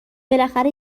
بالاخره